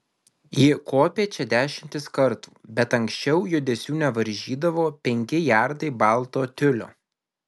ji kopė čia dešimtis kartų bet anksčiau judesių nevaržydavo penki jardai balto tiulio